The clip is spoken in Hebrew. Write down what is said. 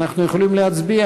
אנחנו יכולים להצביע.